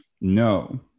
No